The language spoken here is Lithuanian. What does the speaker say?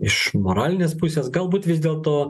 iš moralinės pusės galbūt vis dėlto